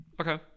Okay